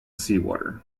seawater